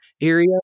area